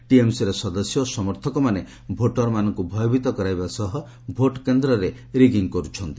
ଟିଏମ୍ସିର ସଦସ୍ୟ ଓ ସମର୍ଥକମାନେ ଭୋଟରମାନଙ୍କୁ ଭୟଭିତ କରାଇବା ସହ ଭୋଟ୍ କେନ୍ଦ୍ରରେ ରିଗିଙ୍ଗ୍ କରୁଛନ୍ତି